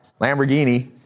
Lamborghini